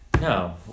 No